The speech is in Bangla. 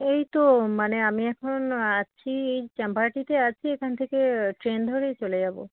এই তো মানে আমি এখন আছি এই চাম্পাহাটিতে আছি এখান থেকে ট্রেন ধরেই চলে যাব